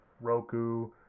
Roku